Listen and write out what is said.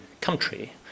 country